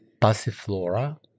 passiflora